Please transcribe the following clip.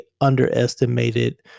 underestimated